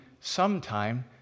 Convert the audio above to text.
sometime